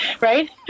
Right